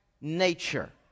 nature